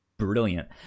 brilliant